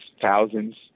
thousands